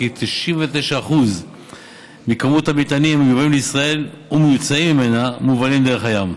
כ-99% מכמות המטענים המיובאים לישראל והמיוצאים ממנה מובלים דרך הים.